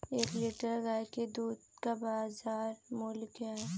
एक लीटर गाय के दूध का बाज़ार मूल्य क्या है?